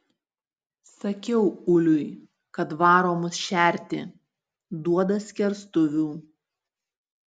sakiau uliui kad varo mus šerti duoda skerstuvių